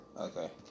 Okay